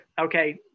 okay